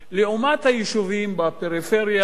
לעומת היישובים בפריפריה,